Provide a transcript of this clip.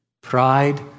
pride